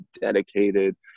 dedicated